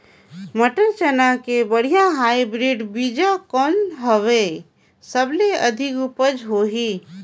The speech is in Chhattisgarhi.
मटर, चना के बढ़िया हाईब्रिड बीजा कौन हवय? सबले अधिक उपज होही?